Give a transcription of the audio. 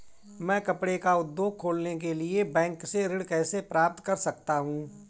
मैं कपड़े का उद्योग खोलने के लिए बैंक से ऋण कैसे प्राप्त कर सकता हूँ?